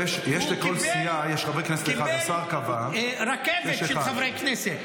והוא קיבל רכבת של חברי כנסת.